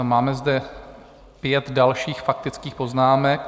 Máme zde pět dalších faktických poznámek.